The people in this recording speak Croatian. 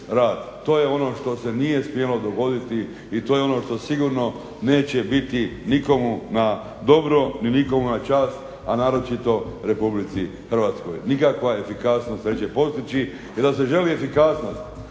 To je ono što se nije smjelo dogoditi i to je ono što sigurno neće biti nikomu na dobro ni nikome na čast, a naročito RH. nikakva efikasnost neće se postići jer da se želi efikasnost